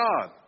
God